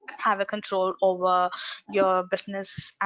have a control over your business